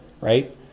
right